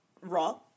raw